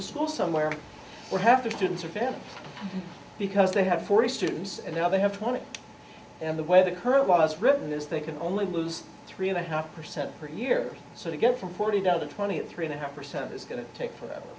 small somewhere where half the students are fans because they have forty students and now they have twenty and the way the current was written is they can only lose three and a half percent per year so they get from forty down to twenty three and a half percent is going to take forever